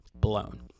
blown